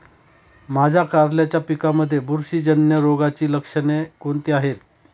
माझ्या कारल्याच्या पिकामध्ये बुरशीजन्य रोगाची लक्षणे कोणती आहेत?